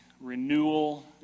renewal